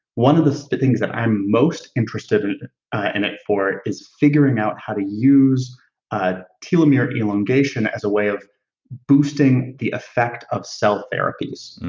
one of the things that i'm most interested in it for is figuring out how to use ah telomere elongation as a way of boosting the effect of cell therapies,